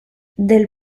del